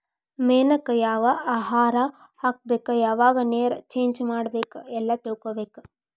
ಮೇನಕ್ಕ ಯಾವ ಆಹಾರಾ ಹಾಕ್ಬೇಕ ಯಾವಾಗ ನೇರ ಚೇಂಜ್ ಮಾಡಬೇಕ ಎಲ್ಲಾ ತಿಳಕೊಬೇಕ